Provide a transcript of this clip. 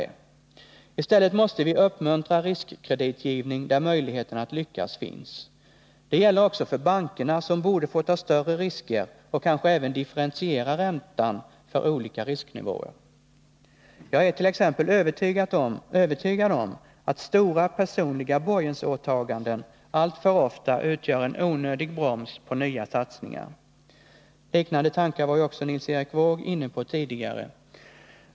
I stället måste vi uppmuntra riskkreditgivning där möjligheterna att lyckas finns. Det gäller också för bankerna, som borde få ta större risker och kanske även differentiera räntan för olika risknivåer. Jag är t.ex. övertygad om att stora personliga borgensåtaganden alltför ofta utgör en onödig broms på nya satsningar. Liknande tankar var ju också Nils Erik Wååg inne på tidigare.